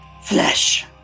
FLESH